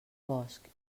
bosc